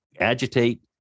agitate